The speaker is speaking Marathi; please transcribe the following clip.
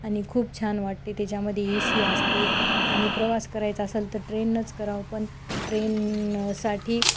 आणि खूप छान वाटते त्याच्यामध्ये ए सी असते आणि प्रवास करायचा असंल तर ट्रेननंच करावं पण ट्रेनसाठी